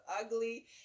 ugly